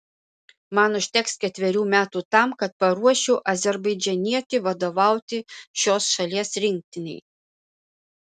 man užteks ketverių metų tam kad paruoščiau azerbaidžanietį vadovauti šios šalies rinktinei